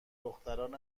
دخترای